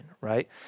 Right